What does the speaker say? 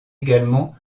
également